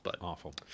Awful